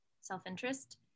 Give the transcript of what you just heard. self-interest